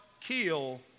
kill